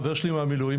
חבר שלי מהמילואים,